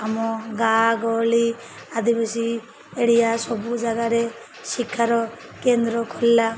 ଆମ ଗାଁ ଗହଳି ଆଦିବାସୀ ଏରିଆ ସବୁ ଜାଗାରେ ଶିକ୍ଷାର କେନ୍ଦ୍ର ଖୋଲା